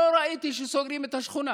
לא ראיתי שסוגרים את כל השכונה